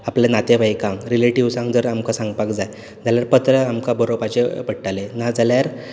आपल्या नातें बयकांक रिलेटिव्जांक जर आमकां सांंगपाक जाय जाल्यार पत्र आमकां बरोवपाचें पडटालें ना जाल्यार